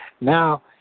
now